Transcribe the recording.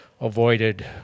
avoided